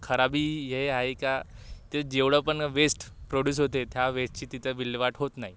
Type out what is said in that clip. खराबी हे आहे का ते जेवढं पण वेस्ट प्रोड्यूस होते त्या वेस्टची तिथे विल्हेवाट होत नाही